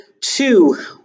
two